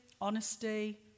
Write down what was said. honesty